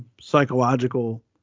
psychological